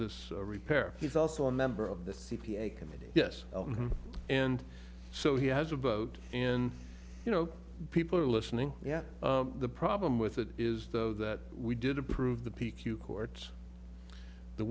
this repair he's also a member of the c p a committee yes and so he has a vote and you know people are listening yeah the problem with it is though that we did approve the